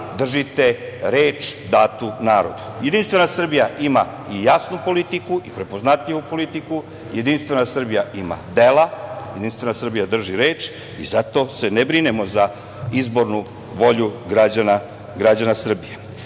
držite reč datu narodu. Jedinstvena Srbija ima i jasnu politiku i prepoznatljivu politiku, Jedinstvena Srbija ima dela, Jedinstvena Srbija drži reč i zato se ne brinemo za izbornu volju građana Srbije. Sa